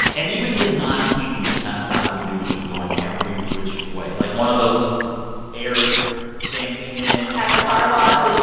and even his nontweeting could not stop the news from going every which way like one of those ah air-dancing men. at a car wash.